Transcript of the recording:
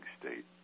state